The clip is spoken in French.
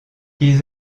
ils